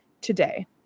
today